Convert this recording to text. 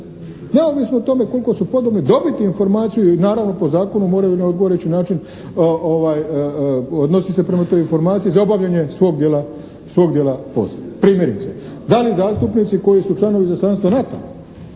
neovisno o tome koliko su podobni, dobiti informaciju i naravno po zakonu moraju na odgovarajući način odnosit se prema toj informaciji, za obavljanje svog dijela posla. Primjerice da li zastupnici koji su članovi izaslanstva